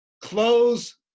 close